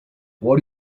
what